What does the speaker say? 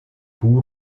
buh